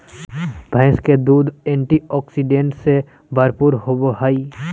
भैंस के दूध एंटीऑक्सीडेंट्स से भरपूर होबय हइ